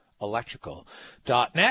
Electrical.net